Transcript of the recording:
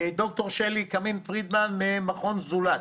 ד"ר שלי קמין-פרידמן ממכון זולת.